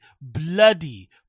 bloody